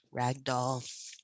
ragdoll